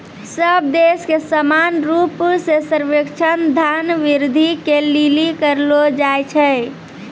सब देश मे समान रूप से सर्वेक्षण धन वृद्धि के लिली करलो जाय छै